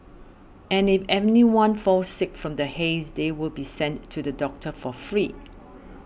and if anyone falls sick from the haze they will be sent to the doctor for free